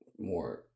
more